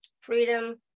freedom